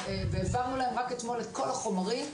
אלא רק יזמים פרטיים,